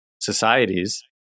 societies